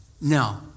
No